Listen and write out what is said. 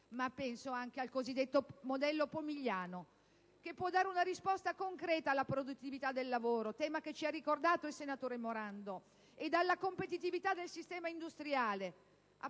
Penso al cosiddetto modello Pomigliano, che può dare una risposta concreta alla produttività del lavoro, tema che ci ha ricordato il senatore Morando, ed alla competitività del sistema industriale.